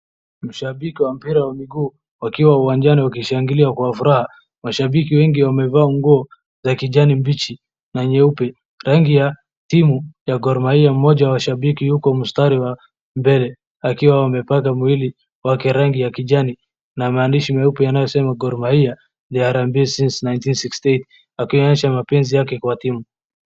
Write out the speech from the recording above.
Mashabiki wa mpira wa mguu wakiwa uwanjani wakishangilia kwa furaha .Mashabiki wengi wamevaa nguo za kijani mbichi, na nyeupe. Rangi ya timu ya Gor Mahia mmoja wa shabiki yuko mstari wa mbele ,akiwa amepaka mwili wake rangi ya kijani na maandishi meupe yanayosema Gor Mahia Harambee since 1960 akionyesha mapenzi yake kwa timu .